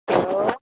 hello